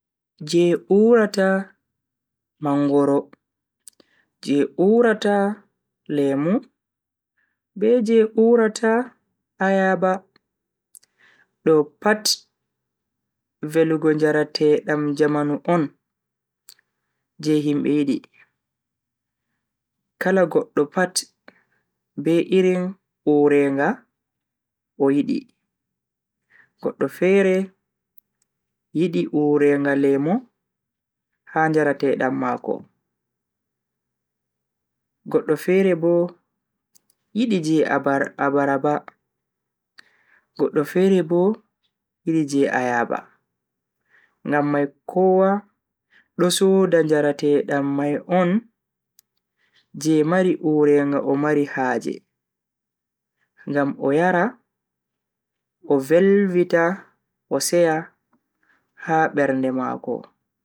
Je urata mangoro, je urata lemu be je urata ayaba. Do pat velugo njarateedam jamanu on je himbe yidi. Kala goddo pat be irin urenga o yidi. Goddo fere yidi urenga lemo ha njarateedam mako, goddo fere bo yidi je abar... abaraba, goddo fere bo yidi je ayaba. ngam mai kowa do soda njarateedam mai on je mari urenga o mari haje ngam o yara o velvita o seya ha bernde mako.